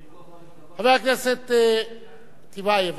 חבר הכנסת טיבייב, בבקשה, אדוני.